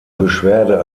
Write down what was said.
beschwerde